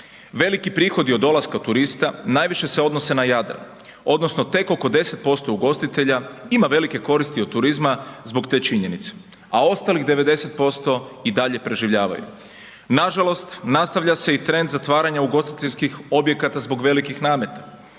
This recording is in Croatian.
Veliki prihodi od dolaska turista najviše se odnose na Jadran odnosno tek oko 10% ugostitelja ima velike koristi od turizma zbog te činjenice, a ostalih 90% i dalje preživljavaju. Nažalost, nastavlja se i trend zatvaranja ugostiteljskih objekata zbog velikih nameta.